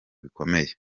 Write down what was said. bikomeye